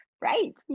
right